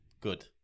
good